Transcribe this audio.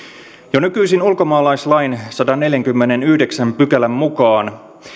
jo nykyisin ulkomaalaislain sadannenneljännenkymmenennenyhdeksännen pykälän mukaan